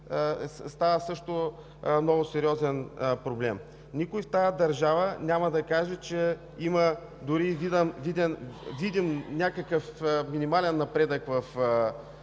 става много сериозен проблем. Никой в тази държава няма да каже, че има някакъв видим минимален напредък в